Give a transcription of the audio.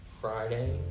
Friday